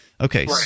Okay